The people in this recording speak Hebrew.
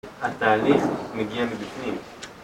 התהליך מגיע מבפנים.